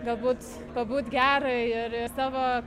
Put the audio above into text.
galbūt pabūt gerai ir ir savo